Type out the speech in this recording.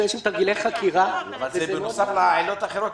לעשות תרגילי חקירה --- אבל זה בנוסף לעילות האחרות,